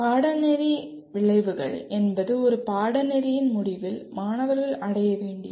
பாடநெறி விளைவுகள் என்பது ஒரு பாடநெறியின் முடிவில் மாணவர்கள் அடைய வேண்டியது